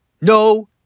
No